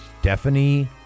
Stephanie